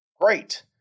Great